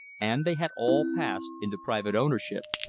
and they had all passed into private ownership.